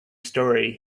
story